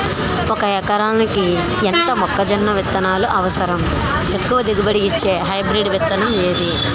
ఒక ఎకరాలకు ఎంత మొక్కజొన్న విత్తనాలు అవసరం? ఎక్కువ దిగుబడి ఇచ్చే హైబ్రిడ్ విత్తనం ఏది?